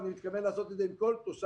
אני מתכוון לעשות את זה עם כל תושב.